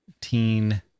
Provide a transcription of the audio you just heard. teen